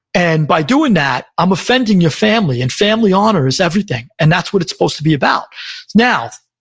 and by doing that, i'm offending your family, and family honor is everything, and that's what it's supposed to be about now,